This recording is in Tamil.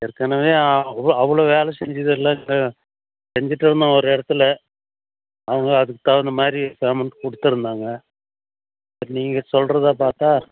ஏற்கனவே அவ் அவ்வளோ வேலை செஞ்சதெல்லாம் செஞ்சிட்டுருந்தோம் ஒரு இடத்துல அவங்க அதுக்கு தவுந்த மாரி பேமெண்ட் கொடுத்துருந்தாங்க பட் நீங்கள் சொல்றதை பார்த்தா